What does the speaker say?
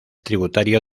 tributario